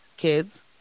kids